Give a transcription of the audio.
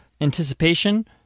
anticipation